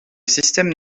système